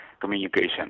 communication